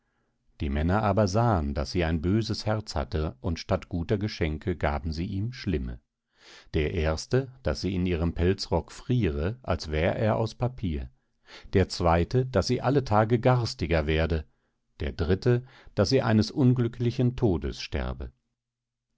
die männer aber sahen daß sie ein böses herz hatte und statt guter geschenke gaben sie ihm schlimme der erste daß sie in ihrem pelzrock friere als wär er aus papier der zweite daß sie alle tage garstiger werde der dritte daß sie eines unglücklichen todes sterbe